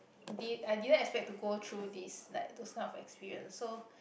did I didn't expect to go through this like those kind of experience so